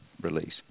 release